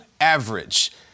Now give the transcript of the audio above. average